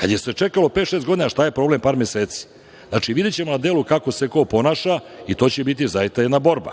Kada se čekalo pet, šest godina šta je problem par meseci. Znači, videćemo na delu kako se ko ponaša i to će biti zaista jedna borba.